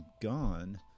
gone